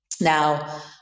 Now